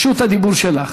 רשות הדיבור שלך.